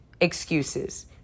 excuses